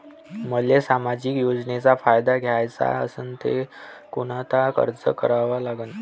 मले सामाजिक योजनेचा फायदा घ्याचा असन त कोनता अर्ज करा लागन?